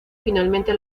finalmente